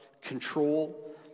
Control